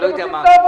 אני לא יודע מה אתה.